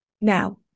now